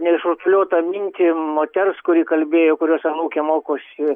neišrutuliotą mintį moters kuri kalbėjo kurios anūkė mokosi